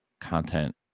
content